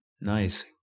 Nice